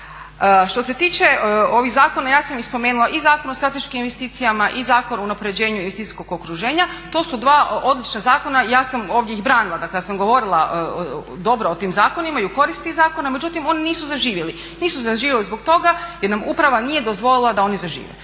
Što se tiče ovih zakona, ja sam i spomenula i Zakon o strateškim investicijama i Zakon o unapređenju investicijskog okruženja. To su dva odlična zakona. Ja sam ovdje ih branila kad sam govorila dobro o tim zakonima i u korist tih zakona. Međutim, oni nisu zaživjeli. Nisu zaživjeli zbog toga jer nam uprava nije dozvolila da oni zažive.